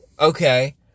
Okay